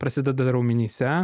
prasideda raumenyse